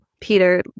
Peter